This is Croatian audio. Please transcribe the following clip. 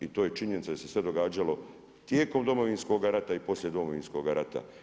I to je činjenica jer se sve događalo tijekom Domovinskoga rata i poslije Domovinskoga rata.